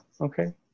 okay